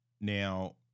Now